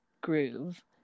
groove